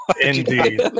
Indeed